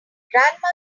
grandma